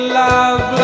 love